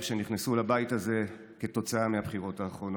שנכנסו לבית הזה כתוצאה מהבחירות האחרונות: